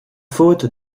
faute